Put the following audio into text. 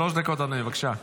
שלוש דקות, אדוני, בבקשה.